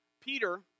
Peter